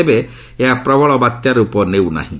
ତେବେ ଏହା ପ୍ରବଳ ବାତ୍ୟାର ରୂପ ନେଉ ନାହିଁ